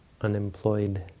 unemployed